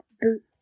boots